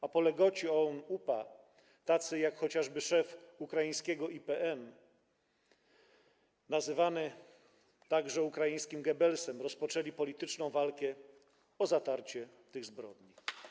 Apologeci OUN, UPA, tacy jak chociażby szef ukraińskiego IPN, nazywany także ukraińskim Goebbelsem, rozpoczęli polityczną walkę o zatarcie tych zbrodni.